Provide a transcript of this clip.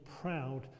proud